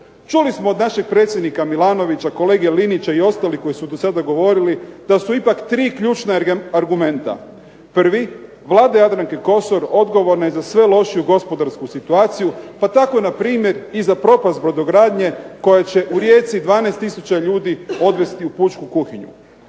Čuli smo od našeg predsjednika Milanovića, kolege Linića i ostalih koji su dosada govorili da su ipak 3 ključna argumenta. Prvi, Vlada Jadranke Kosor odgovorna je za sve lošiju gospodarsku situaciju pa tako npr. i za propast brodogradnje koja će u Rijeci 12 tisuća ljudi odvesti u pučku kuhinju.